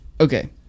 Okay